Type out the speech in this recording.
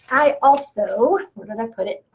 i also where did i put it?